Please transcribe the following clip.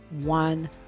one